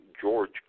George